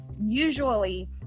Usually